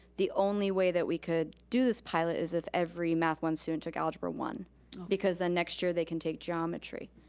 the only way that we could do this pilot is if every math one student took algebra one because then next year, they can take geometry.